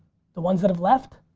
the ones that have left,